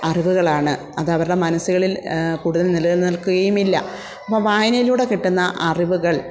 അറിവുകളാണ് അത് അവരുടെ മനസ്സുകളിൽ കൂടുതൽ നിലനിൽക്കുകയുമില്ല അപ്പം വായനയിലൂടെ കിട്ടുന്ന അറിവുകൾ